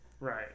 Right